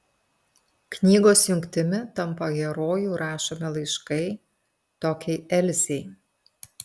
knygos jungtimi tampa herojų rašomi laiškai tokiai elzei